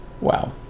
wow